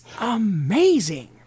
amazing